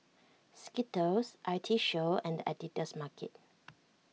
Skittles I T Show and the Editor's Market